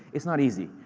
it's not easy.